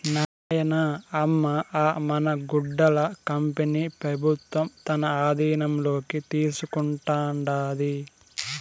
నాయనా, అమ్మ అ మన గుడ్డల కంపెనీ పెబుత్వం తన ఆధీనంలోకి తీసుకుంటాండాది